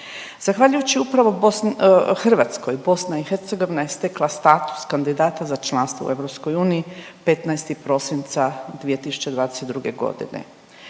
Zahvaljujući upravo Hrvatskoj BiH je stekla status kandidata za članstvo u EU 15. prosinca 2022. godine.